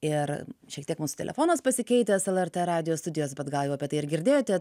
ir šiek tiek mūsų telefonas pasikeitęs lrt radijo studijos bet gal jau apie tai ir girdėjote